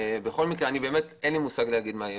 בכל מקרה אין לי מושג להגיד מה יהיה